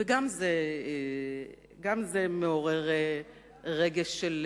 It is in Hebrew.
גם זה מעורר רגש של